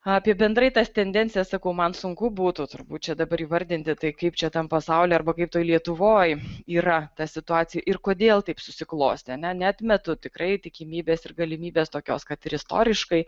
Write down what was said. apie bendrai tas tendencijas sakau man sunku būtų turbūt čia dabar įvardinti tai kaip čia tam pasauly arba kaip toj lietuvoj yra ta situacija ir kodėl taip susiklostė ne neatmetu tikrai tikimybės ir galimybės tokios kad istoriškai